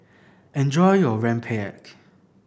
enjoy your Rempeyek